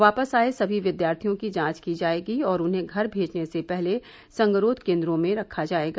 वापस आए सभी विद्यार्थियों की जांच की जाएगी और उन्हें घर भेजने से पहले संगरोघ केन्द्रों में रखा जाएगा